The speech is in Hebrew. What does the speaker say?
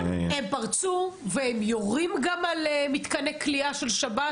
הם פרצו והם יורים על מתקני כליאה של שב"ס.